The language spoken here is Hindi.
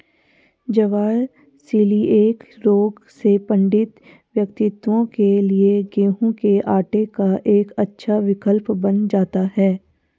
ज्वार सीलिएक रोग से पीड़ित व्यक्तियों के लिए गेहूं के आटे का एक अच्छा विकल्प बन जाता है